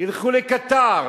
ילכו לקטאר